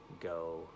go